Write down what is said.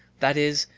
that is,